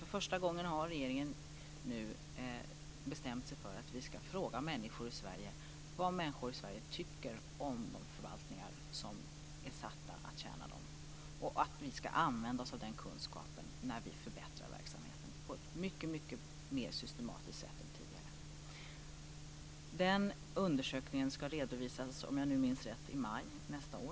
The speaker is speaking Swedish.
För första gången har regeringen nu bestämt sig för att vi ska fråga människor i Sverige vad de tycker om de förvaltningar om är satta att tjäna dem. Vi ska använda oss av den kunskapen när vi förbättrar verksamheten på ett mycket mer systematiskt sätt än tidigare. Den undersökningen ska redovisas, om jag nu minns rätt, i maj nästa år.